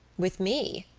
with me?